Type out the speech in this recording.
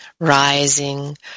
rising